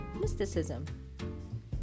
mysticism